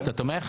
אתה תומך?